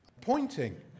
pointing